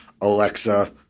Alexa